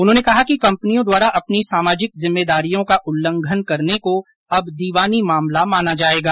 उन्होंने कहा कि कंपनियों द्वारा अपनी सामाजिक जिम्मेदारियों का उल्लंघन करने को अब दिवानी मामला माना जाएगा